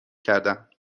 کردم